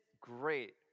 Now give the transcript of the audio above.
great